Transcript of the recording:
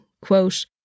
quote